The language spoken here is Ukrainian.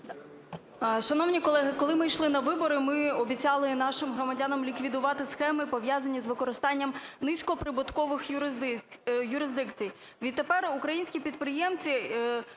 Шановні колеги, коли ми йшли на вибори, ми обіцяли нашим громадянам ліквідувати схеми, пов'язані з використанням низькоприбуткових юрисдикцій. Відтепер українські підприємці